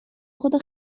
خدا